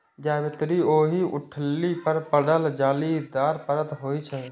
जावित्री ओहि गुठली पर पड़ल जालीदार परत होइ छै